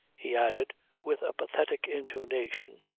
he added with a pathetic intonation,